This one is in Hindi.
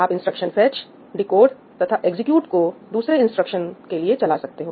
आप instruction fetch instruction fetch decode तथा एग्जीक्यूट को दूसरे इंस्ट्रक्शन के लिए चला सकते हो